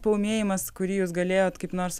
paūmėjimas kurį jūs galėjot kaip nors